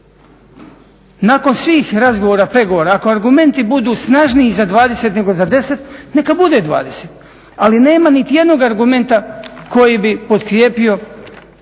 Nakon svih razgovora, pregovora, ako argumenti budu snažniji za 20 nego za 10 neka bude 20 ali nema niti jednog argumenta koji bi potkrijepio